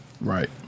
right